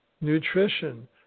Nutrition